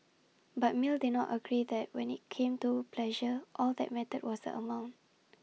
but mill did not agree that when IT came to pleasure all that mattered was amount